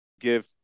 give